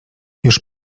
już